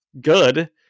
good